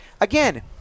again